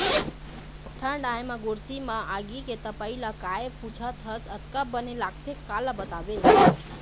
ठंड आय म गोरसी म आगी के तपई ल काय पुछत हस अतका बने लगथे काला बताबे